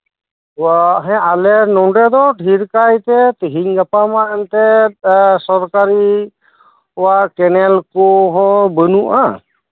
ᱦᱮᱸ ᱟᱞᱮ ᱱᱚᱰᱮᱫᱚ ᱰᱷᱤᱨᱠᱟᱭᱛᱮ ᱛᱤᱦᱤᱧ ᱜᱟᱯᱟᱢᱟ ᱮᱱᱛᱮ ᱥᱚᱨᱠᱟᱨᱤ ᱠᱮᱱᱮᱞ ᱠᱚᱦᱚᱸ ᱵᱟᱹᱱᱩᱜ ᱟ